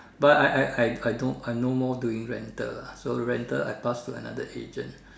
but I I I I don't I no more doing rental lah so rental I pass to another agent